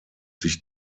sich